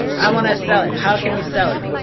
i want to sell it. how can we sell it?